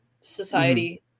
society